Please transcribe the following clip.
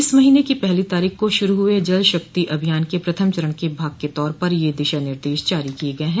इस महीने की पहली तारीख को शुरू हुए जल शक्ति अभियान के प्रथम चरण के भाग के तौर पर यह दिशा निर्देश जारी किये गये हैं